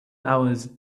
hours